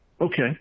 okay